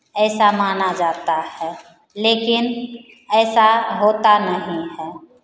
ऐसा माना जाता है लेकिन ऐसा होता नहीं है